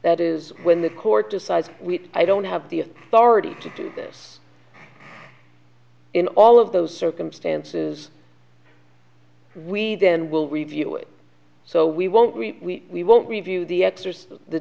that is when the court decides we i don't have the authority to do this in all of those circumstances we then will review it so we won't we won't review the